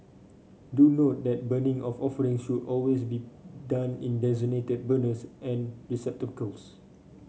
do note that burning of offering should always be done in designated burners and receptacles